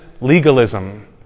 legalism